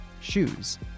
shoes